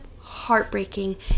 heartbreaking